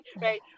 right